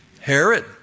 Herod